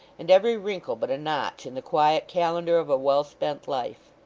and every wrinkle but a notch in the quiet calendar of a well-spent life.